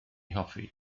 hoffi